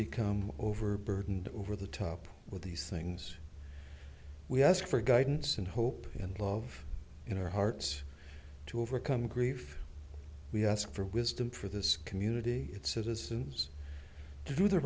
become overburdened over the top with these things we ask for guidance and hope and love in our hearts to overcome grief we ask for wisdom for this community its citizens to do the